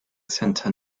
center